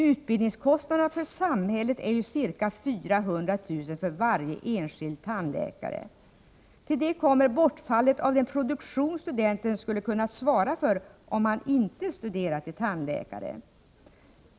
Utbildningskostnaderna för samhället är ju ca 400 000 kronor för varje enskild tandläkare. Till detta kommer bortfallet av den produktion studenten skulle kunna svara för, om han inte studerat till tandläkare.